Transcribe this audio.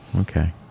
Okay